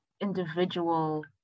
individual